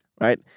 right